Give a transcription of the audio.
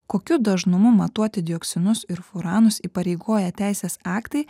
kokiu dažnumu matuoti dioksinus ir furanus įpareigoja teisės aktai